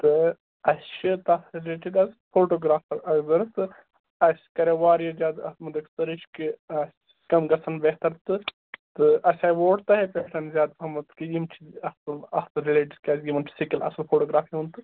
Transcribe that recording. تہٕ اَسہِ چھِ تَتھ رِلیٹِڈ حَظ فوٹوٗ گرٛافَر اَکھ ضرَوٗت تہٕ اَسہِ کوٚر وارٕ ییٚتہِ حظ اَتھ مُتعلق سٔرٕچ کہِ آ کٕم گَژھَن بیٚہتَر تہٕ اَسہِ آے ووٹ تۅہی پیٚٹھ زیاد پَہَم کہِ یِم چھِ اَصٕل اَتھ رِلیٹِڈ کیٛاز یِمن چھُ سِکِل اَصٕل فوٹوٗ گرٛافی ہُنٛد تہٕ